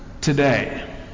today